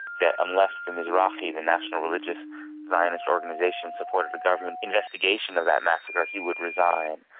that unless the mizrachi, the national religious zionist organisation, supported the government investigation of that massacre he would resign.